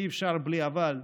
אי-אפשר בלי "אבל".